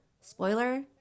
spoiler